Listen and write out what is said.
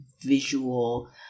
visual